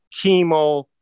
chemo